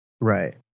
Right